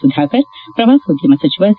ಸುಧಾಕರ್ ಪ್ರವಾಸೋದ್ಯಮ ಸಚಿವ ಸಿ